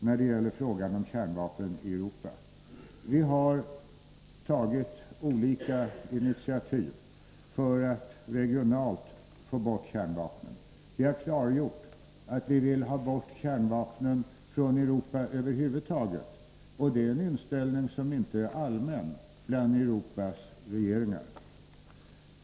När det gäller frågan om kärnvapen i Europa har vi tagit olika initiativ för att regionalt få bort kärnvapnen. Vi har klargjort att vi vill ha bort kärnvapnen från Europa över huvud taget — och det är en inställning som inte är allmän bland Europas regeringar.